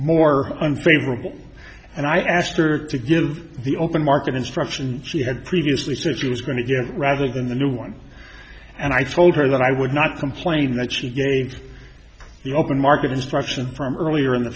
more unfavorable and i asked her to give the open market instruction she had previously said she was going to get rather than a new one and i told her that i would not complain that she gave the open market instruction from earlier in the